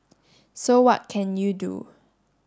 so what can you do